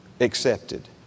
accepted